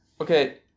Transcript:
Okay